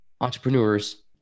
entrepreneurs